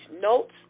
notes